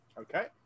Okay